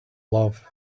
love